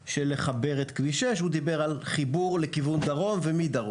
לחבר את כביש 6. הוא דיבר על חיבור לכיוון דרום ומדרום.